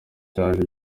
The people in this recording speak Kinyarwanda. cyaje